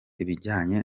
ibijyanye